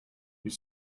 you